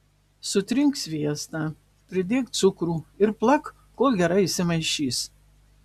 sutrink sviestą pridėk cukrų ir plak kol gerai išsimaišys